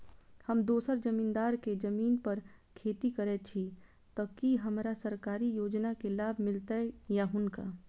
हम दोसर जमींदार केँ जमीन पर खेती करै छी तऽ की हमरा सरकारी योजना केँ लाभ मीलतय या हुनका?